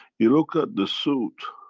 you look at the suit